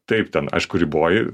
taip ten aišku riboji